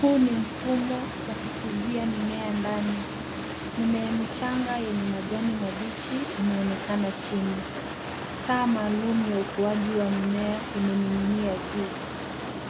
Huu ni mfumo wa kukuzia mimea ndani. Mimea michanga yenye majani mabichi imeonekana chini. Taa maalum ya ukuaji wa mimea imening'inia juu.